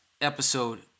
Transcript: episode